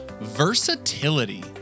versatility